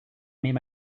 made